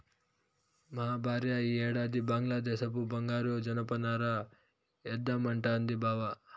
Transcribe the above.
మా భార్య ఈ ఏడాది బంగ్లాదేశపు బంగారు జనపనార ఏద్దామంటాంది బావ